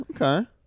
okay